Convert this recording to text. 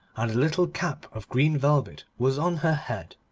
and a little cap of green velvet was on her head.